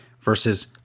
versus